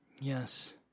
Yes